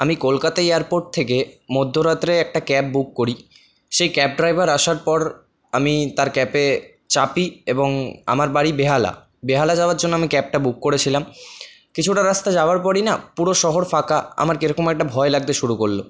আমি কলকাতা এয়ারপোর্ট থেকে মধ্যরাত্রে একটা ক্যাব বুক করি সেই ক্যাব ড্রাইভার আসার পর আমি তার ক্যাবে চাপি এবং আমার বাড়ি বেহালা বেহালা যাওয়ার জন্য আমি ক্যাবটা বুক করেছিলাম কিছুটা রাস্তা যাওয়ার পরই না পুরো শহর ফাঁকা আমার কেরকম একটা ভয় লাগতে শুরু করলো